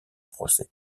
procès